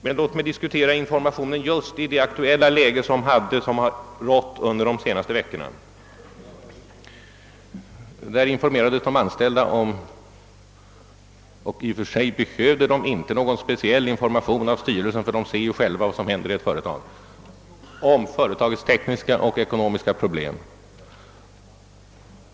Men låt mig diskutera informationen just i det aktuella läge som har rått under de senaste veckorna! I och för sig behövde de anställda inte någon speciell information av styrelsen om företagets tekniska och ekonomiska problem; de ser ju vad som händer i ett företag.